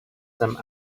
some